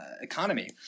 economy